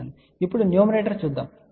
ఇప్పుడు న్యూమరేటర్ చూద్దాం